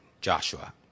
Joshua